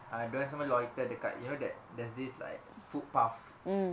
ah dia orang semua loiter dekat you know that there's this like footpaths